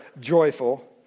joyful